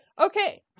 Okay